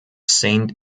saint